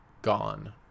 gone